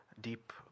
deep